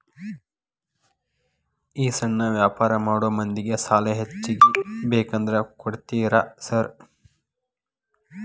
ಈ ಸಣ್ಣ ವ್ಯಾಪಾರ ಮಾಡೋ ಮಂದಿಗೆ ಸಾಲ ಹೆಚ್ಚಿಗಿ ಬೇಕಂದ್ರ ಕೊಡ್ತೇರಾ ಸಾರ್?